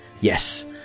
yes